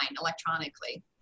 electronically